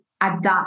adopt